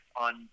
on